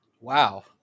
Wow